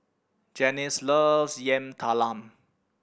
Janice loves Yam Talam